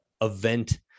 event